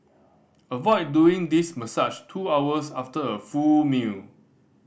avoid doing this massage two hours after a full meal